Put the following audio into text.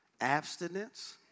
abstinence